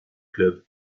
club